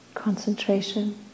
Concentration